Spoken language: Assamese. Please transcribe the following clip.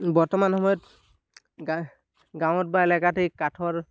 বৰ্তমান সময়ত গাঁৱত বা এলেকাত এই কাঠৰ